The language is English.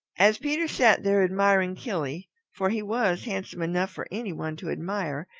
as peter sat there admiring killy, for he was handsome enough for any one to admire,